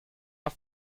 uns